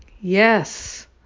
Yes